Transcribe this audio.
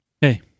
Hey